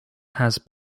has